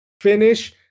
finish